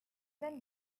than